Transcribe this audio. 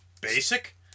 Basic